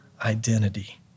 identity